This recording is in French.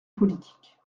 politique